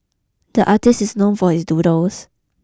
the artist is known for his doodles